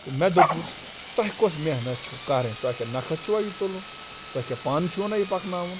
تہٕ مےٚ دوٚپُس تۄہہِ کۄس محنت چھو کَرٕنۍ تۄہہِ کیٛاہ نَخَس چھُوا یہِ تُلُن تۄہہِ کیٛاہ پانہٕ چھُنَہ یہِ پَکناوُن